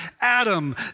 Adam